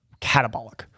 catabolic